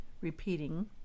Repeating